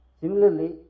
similarly